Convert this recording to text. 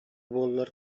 буоллар